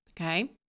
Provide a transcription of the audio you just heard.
Okay